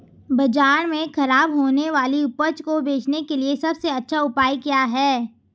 बाजार में खराब होने वाली उपज को बेचने के लिए सबसे अच्छा उपाय क्या हैं?